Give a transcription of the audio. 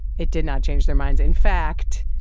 it did not change their minds. in fact,